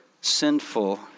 sinful